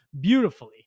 beautifully